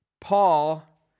Paul